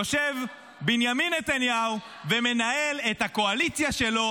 יושב בנימין נתניהו ומנהל את הקואליציה שלו,